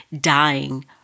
dying